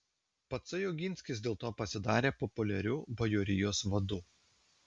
patsai oginskis dėl to pasidarė populiariu bajorijos vadu